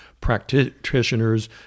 practitioners